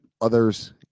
others